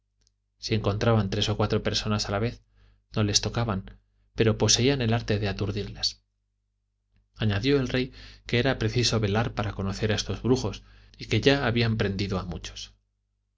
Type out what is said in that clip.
si encontraban tres o cuatro personas a la vez no les tocaban pero poseían el arte de aturdirías añadió el rey que era preciso velar para conocer a estos brujos y que ya habían prendido a muchos